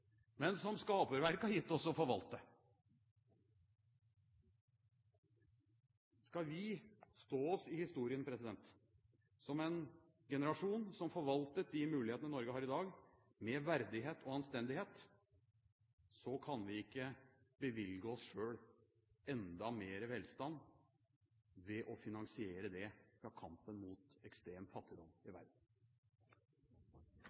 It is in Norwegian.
men som skaperverket har gitt oss å forvalte. Skal vi stå oss i historien som en generasjon som forvaltet de mulighetene Norge har i dag, med verdighet og anstendighet, kan vi ikke bevilge oss selv enda mer velstand ved å finansiere det med kampen mot ekstrem fattigdom i